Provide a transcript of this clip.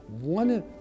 One